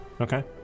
Okay